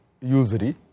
usury